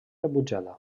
rebutjada